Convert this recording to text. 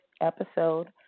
episode